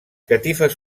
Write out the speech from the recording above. catifes